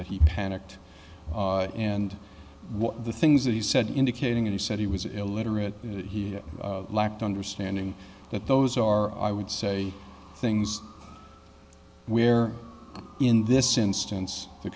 that he panicked and the things that he said indicating that he said he was illiterate he lacked understanding that those are i would say things we're in this instance